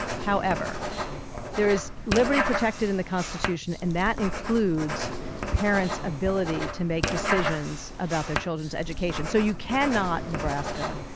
however there is liberty protected in the constitution, and that includes parents ability to make decisions about their children's education. so you cannot, nebraska,